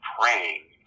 praying